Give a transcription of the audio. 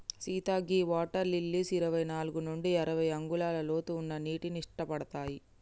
సీత గీ water lilies ఇరవై నాలుగు నుండి అరవై అంగుళాల లోతు ఉన్న నీటిని ఇట్టపడతాయి